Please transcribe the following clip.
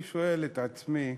אני שואל את עצמי,